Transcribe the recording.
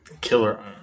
killer